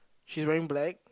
she's wearing black